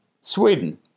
Sweden